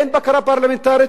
אין בקרה פרלמנטרית,